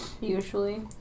usually